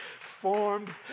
formed